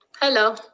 Hello